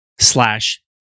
slash